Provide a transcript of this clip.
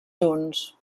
junts